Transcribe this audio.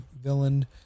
villain